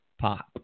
pop